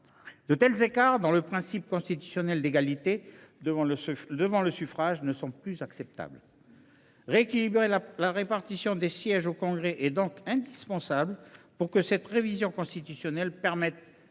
Au regard du principe constitutionnel d’égalité devant le suffrage, de tels écarts ne sont plus acceptables. Rééquilibrer la répartition des sièges au congrès est donc indispensable pour que cette révision constitutionnelle permette